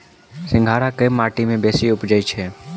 सिंघाड़ा केँ माटि मे बेसी उबजई छै?